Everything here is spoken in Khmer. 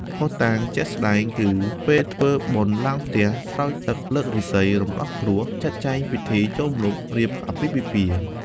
ភ័ស្តុតាងជាក់ស្តែង គឺពេលធ្វើបុណ្យឡើងផ្ទះ ស្រោចទឹកលើករាសី រំដោះគ្រោះ ចាត់ចែងពិធីចូលម្លប់ រៀបអាពាហ៍ពិពាហ៍។